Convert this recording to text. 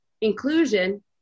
Inclusion